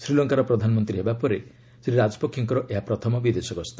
ଶ୍ରୀଲଙ୍କାର ପ୍ରଧାନମନ୍ତ୍ରୀ ହେବା ପରେ ଶ୍ରୀ ରାଜପକ୍ଷେଙ୍କର ଏହା ପ୍ରଥମ ବିଦେଶ ଗସ୍ତ